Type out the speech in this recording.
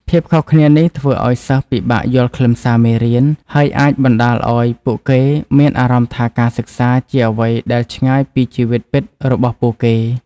ភាពខុសគ្នានេះធ្វើឱ្យសិស្សពិបាកយល់ខ្លឹមសារមេរៀន ហើយអាចបណ្ដាលឱ្យពួកគេមានអារម្មណ៍ថាការសិក្សាជាអ្វីដែលឆ្ងាយពីជីវិតពិតរបស់ពួកគេ។